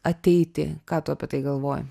ateiti ką tu apie tai galvoji